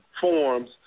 forms